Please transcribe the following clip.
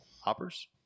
hoppers